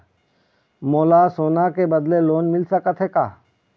मोला सोना के बदले लोन मिल सकथे का?